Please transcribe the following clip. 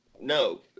No